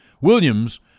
Williams